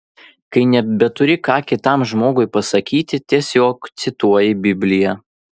kai nebeturi ką kitam žmogui pasakyti tiesiog cituoji bibliją